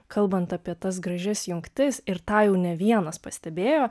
kalbant apie tas gražias jungtis ir tą jau ne vienas pastebėjo